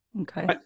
Okay